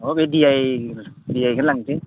अ बे डिआइ डिआइखौनो लांनोसै